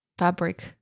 Fabric